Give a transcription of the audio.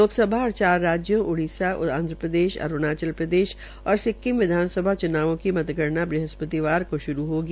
लोकसभा और चार राज्यों ओडिसा आंधप्रदेश अरूणाचल प्रदेश और सिक्किम विधानसभा चुनावों की मतगणना वृहस्पति को श्रू होगी